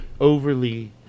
Overly